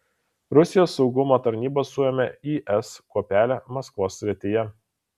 rusijos saugumo tarnybos suėmė is kuopelę maskvos srityje